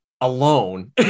alone